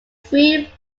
free